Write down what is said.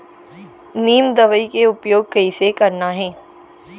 नीम दवई के उपयोग कइसे करना है?